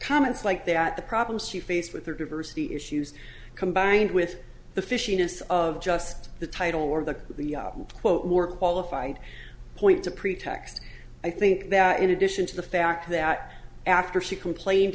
comments that the problems she faced with her diversity issues combined with the fishing us of just the title or the the quote more qualified point to pretext i think that in addition to the fact that after she complained